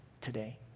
today